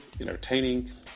entertaining